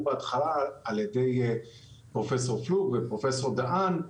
בהתחלה על ידי פרופ' פלוג ופרופ' דהן,